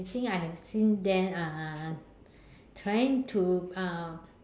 I think I have seen them uh trying to uh